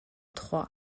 trois